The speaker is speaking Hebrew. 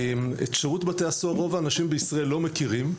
את שירות בתי הסוהר רוב האנשים בישראל לא מכירים,